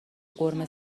قورمه